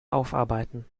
aufarbeiten